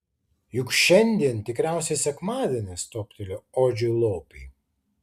juk šiandien tikriausiai sekmadienis toptelėjo odžiui lopei